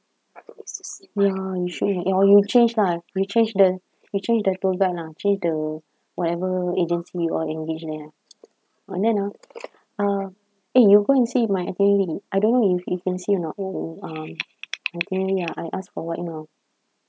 ya you should leh or you change lah you change the you change the tour guide lah change the whatever agency you all engaged there ah and then ah uh eh you go and see my itinerary I don't know if you can see or not the um itinerary ah I asked for what you know